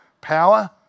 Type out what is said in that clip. power